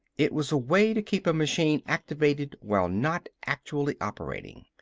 it was a way to keep a machine activated while not actually operating.